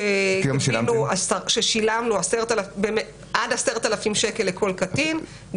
כששילמנו עד 10,000 שקל לכל קטין,